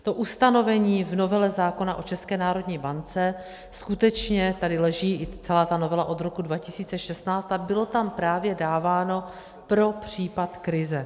To ustanovení v novele zákona o České národní bance skutečně tady leží, i celá ta novela, od roku 2016 a bylo tam právě dáváno pro případ krize.